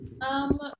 Um-